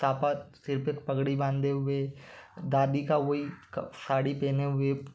support सिर पे एक पगड़ी बांधे हुए दादी का वही साड़ी पहने हुए